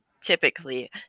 Typically